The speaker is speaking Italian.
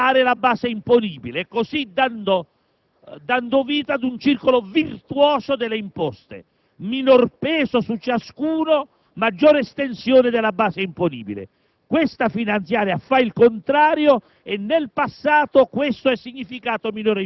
finanziaria, che riduceva le aliquote per aumentare la base imponibile dando vita ad un circolo virtuoso delle imposte: minor peso su ciascuno, maggiore estensione della base imponibile.